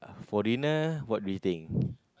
for dinner what do you think